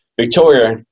Victoria